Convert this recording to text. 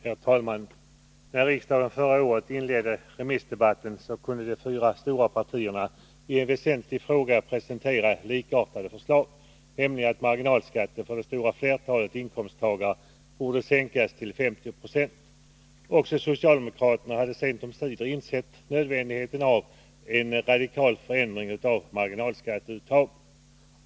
Herr talman! När riksdagen förra året inledde remissdebatten, kunde de fyra stora partierna i en väsentlig fråga presentera likartade förslag, nämligen att marginalskatten för det stora flertalet inkomsttagare borde sänkas till 50 70. Också socialdemokraterna hade sent omsider insett nödvändigheten av en radikal förändring av marginalskatteuttaget.